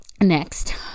next